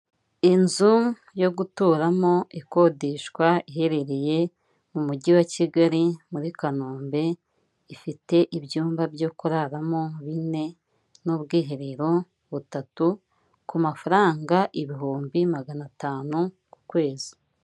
Inzu yo guturamo ikodeshwa iherereye mu mujyi wa Kigali muri Kanombe, ifite ibyumba byo kuraramo bine n'ubwiherero butatu, ku mafaranga ibihumbi magana atanu ku kwezi.